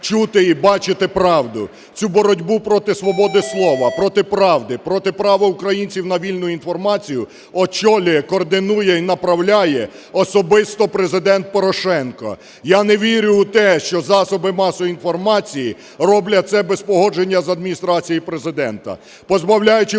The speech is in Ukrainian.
чути і бачити правду. Цю боротьбу проти свободи слова, проти правди, проти права українців на вільну інформацію очолює, координує і направляє особисто Президент Порошенко. Я не вірю в те, що засоби масової інформації роблять це без погодження з Адміністрацією Президента, позбавляючи українців